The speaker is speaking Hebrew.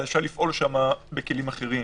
אז אפשר לפעול שם בכלים אחרים,